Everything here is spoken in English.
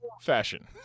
fashion